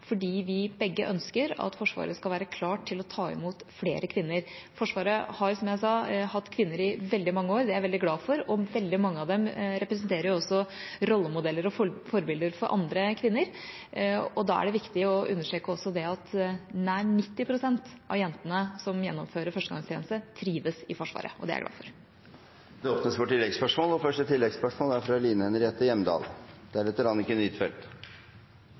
fordi vi begge ønsker at Forsvaret skal være klart til å ta imot flere kvinner. Forsvaret har, som jeg sa, hatt kvinner i veldig mange år. Det er jeg veldig glad for, og veldig mange av dem representerer også rollemodeller og forbilder for andre kvinner. Da er det viktig å understreke også det at nær 90 pst. av jentene som gjennomfører førstegangstjeneste, trives i Forsvaret. Det er jeg glad for. Det blir oppfølgingsspørsmål – først Line Henriette Hjemdal.